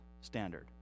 standard